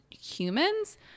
humans